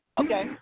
Okay